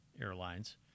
Airlines